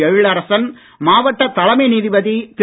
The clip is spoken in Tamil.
எழிலரசன் மாவட்ட தலைமை நீதிபதி திரு